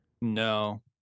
no